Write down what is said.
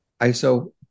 iso